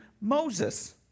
Moses